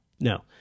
No